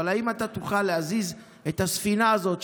אבל האם אתה תוכל להזיז את הספינה הזאת,